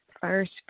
first